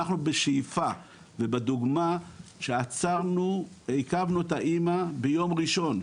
בשאיפה ובדוגמה שעיכבנו את האמא ביום ראשון,